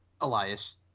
Elias